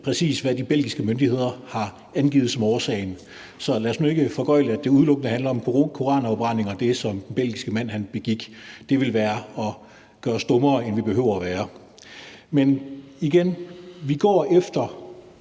præcis, hvad de belgiske myndigheder har angivet som årsagen. Så lad os nu ikke foregøgle, at det, som den belgiske mand begik, udelukkende handler om koranafbrændinger. Det ville være at gøre os dummere, end vi behøver at være. Men igen vil jeg